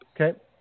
Okay